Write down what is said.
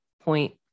point